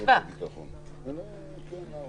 אבל פה יושבת ממשלה במליאתה,